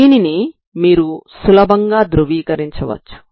దీనిని మీరు సులభంగా ధ్రువీకరించవచ్చు